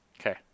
Okay